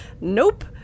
nope